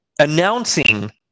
announcing